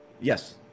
Yes